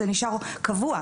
זה נשאר קבוע.